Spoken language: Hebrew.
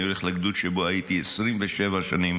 אני הולך לגדוד שבו הייתי 27 שנים